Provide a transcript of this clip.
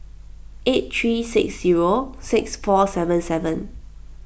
eight three six zero six four seven seven